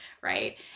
Right